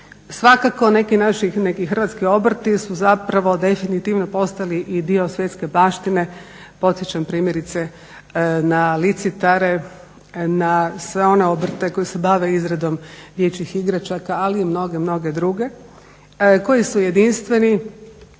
Svakako neki naši, neki hrvatski obrti su zapravo definitivno postali i dio svjetske baštine. Podsjećam primjerice na licitare, na sve one obrte koji se bave izradom dječjih igračaka, ali i mnoge, mnoge druge koji su jedinstveni